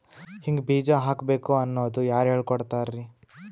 ಹಿಂಗ್ ಬೀಜ ಹಾಕ್ಬೇಕು ಅನ್ನೋದು ಯಾರ್ ಹೇಳ್ಕೊಡ್ತಾರಿ?